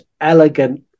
elegant